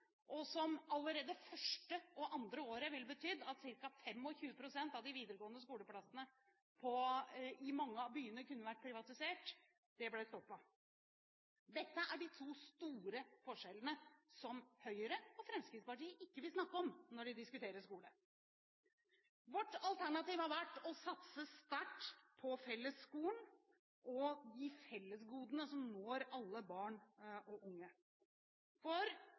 betydd at allerede det første og andre året kunne ca. 25 pst. av de videregående skoleklassene i mange av byene vært privatisert. Dette er de to store forskjellene som Høyre og Fremskrittspartiet ikke vil snakke om når vi diskuterer skole. Vårt alternativ har vært å satse sterkt på fellesskolen og de fellesgodene som når alle barn og unge. Kunnskap for